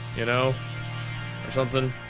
you know or something.